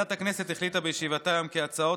ועדת הכנסת החליטה בישיבתה היום כי הצעות